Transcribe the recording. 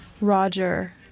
Roger